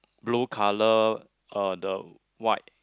blue color uh the white